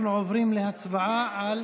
אנחנו עוברים להצבעה על